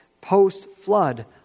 post-flood